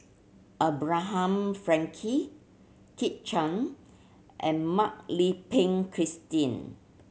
Abraham Frankel Kit Chan and Mak Lai Peng Christine